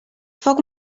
foc